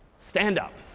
stand up.